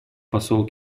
посол